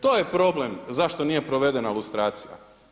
To je problem zašto nije provedena lustracija.